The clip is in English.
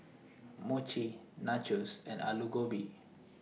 Mochi Nachos and Alu Gobi